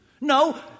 No